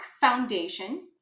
Foundation